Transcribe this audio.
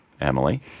Emily